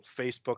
Facebook